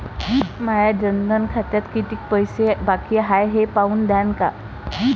माया जनधन खात्यात कितीक पैसे बाकी हाय हे पाहून द्यान का?